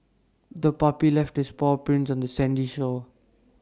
the puppy left its paw prints on the sandy shore